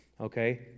Okay